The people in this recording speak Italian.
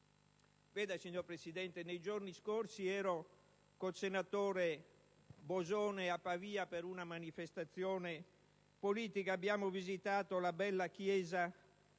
Vede, signor Presidente, nei giorni scorsi ero col senatore Bosone a Pavia per una manifestazione politica. Abbiamo visitato la bella chiesa